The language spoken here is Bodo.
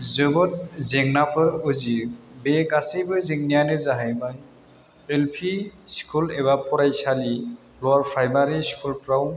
जोबोद जेनाफोर उजियो बे गासैबो जेनायानो जोहैबाय एल पि स्कुल एबा फरायसालि लवार प्राइमारि स्कुलफ्राव